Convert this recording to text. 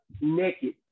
naked